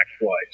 twice